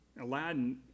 aladdin